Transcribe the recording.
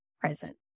present